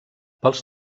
pels